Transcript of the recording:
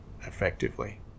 effectively